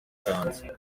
ikanzu